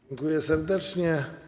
Dziękuję serdecznie.